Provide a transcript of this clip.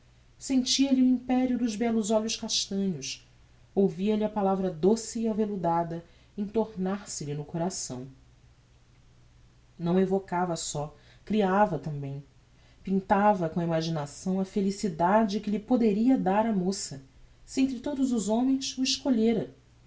guiomar sentia-lhe o imperio dos bellos olhos castanhos ouvia lhe a palavra doce e avelludada entornar se lhe no coração não evocava só creava tambem pintava com a imaginação a felicidade que lhe poderia dar a moça se entre todos os homens o escolhera